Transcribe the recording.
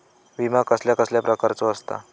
विमा कसल्या कसल्या प्रकारचो असता?